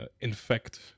infect